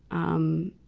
um,